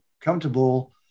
comfortable